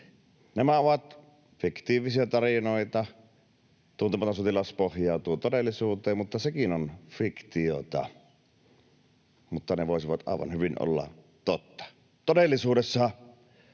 Nämä ovat fiktiivisiä tarinoita. Tuntematon sotilas pohjautuu todellisuuteen, mutta sekin on fiktiota — mutta ne voisivat aivan hyvin olla totta. Todellisuudessahan